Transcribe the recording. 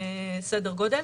סדר גודל.